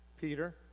Peter